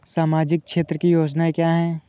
सामाजिक क्षेत्र की योजनाएँ क्या हैं?